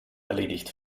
erledigt